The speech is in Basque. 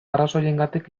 arrazoiengatik